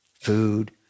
Food